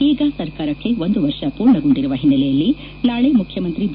ಈಗ ಸರ್ಕಾರಕ್ಕೆ ಒಂದು ವರ್ಷ ಪೂರ್ಣಗೊಂಡಿರುವ ಹಿನ್ನೆಲೆಯಲ್ಲಿ ನಾಳಿ ಮುಖ್ಯಮಂತ್ರಿ ಬಿ